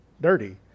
dirty